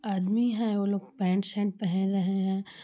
आदमी हैं वह लोग पैन्ट शर्ट पहन रहे हैं